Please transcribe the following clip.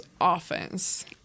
offense